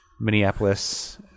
Minneapolis